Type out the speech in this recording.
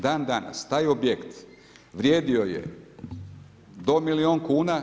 Dan danas taj objekt vrijedio je do milijun kuna.